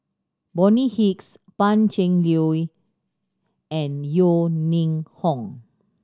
Bonny Hicks Pan Cheng Lui and Yeo Ning Hong